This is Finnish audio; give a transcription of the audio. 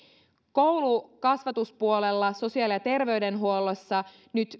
koulu kasvatuspuolella ja sosiaali ja terveydenhuollossa